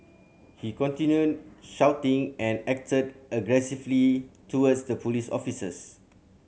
he continued shouting and acted aggressively towards the police officers